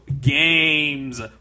games